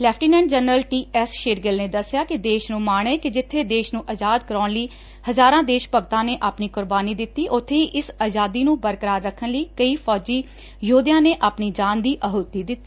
lieutenant general T S Shergill ਨੇ ਦੱਸਿਆ ਕਿ ਦੇਸ਼ ਨੂੰ ਮਾਣ ਏ ਕਿ ਜਿੱਬੇ ਦੇਸ਼ ਨੂੰ ਅਜ਼ਾਦ ਕਰਾਊਣ ਲਈ ਹਜ਼ਾਰਾ ਦੇਸ਼ ਭਗਤਾ ਨੇ ਆਪਣੀ ਕੁਰਬਾਨੀ ਦਿੱਤੀ ਊਬੇ ਹੀ ਇਸ ਅਜ਼ਾਦੀ ਨੂੰ ਬਰਕਰਾਰ ਰੱਖਣ ਲਈ ਕਈ ਫੌਜੀ ਯੋਧਿਆਂ ਨੇ ਆਪਣੀ ਜਾਨ ਦੀ ਅਹੁਤੀ ਦਿੱਡੀ